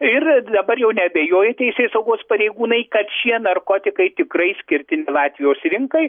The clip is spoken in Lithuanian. ir dabar jau neabejoja teisėsaugos pareigūnai kad šie narkotikai tikrai skirti ne latvijos rinkai